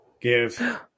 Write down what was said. give